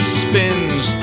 spins